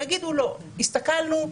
ויגידו: הסתכלנו,